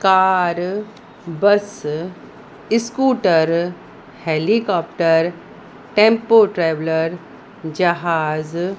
car bus scooter helicopter tempo traveller जहाज़